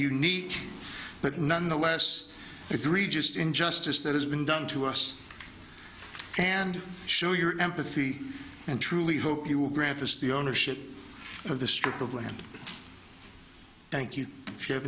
unique but none the less egregious injustice that has been done to us and show your empathy and truly hope you will grant us the ownership of the strip of land thank you if you have